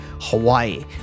Hawaii